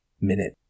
minute